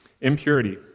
Impurity